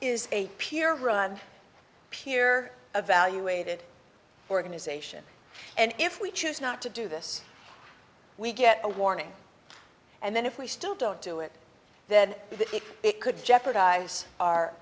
is a peer run peer evaluated organisation and if we choose not to do this we get a warning and then if we still don't do it then it could jeopardize our